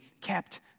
kept